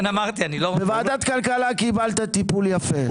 בוועדת כלכלה קיבלת טיפול יפה,